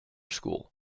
school